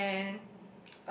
and